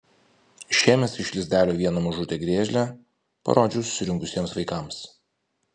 išėmęs iš lizdelio vieną mažutę griežlę parodžiau susirinkusiems vaikams